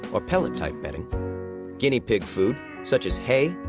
or pellet-type but and guinea pig food, such as hay,